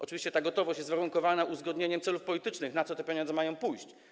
Oczywiście ta gotowość jest warunkowana uzgodnieniem celów politycznych, na co te pieniądze mają pójść.